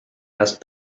asked